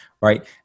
Right